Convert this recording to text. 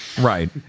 Right